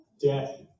death